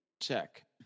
check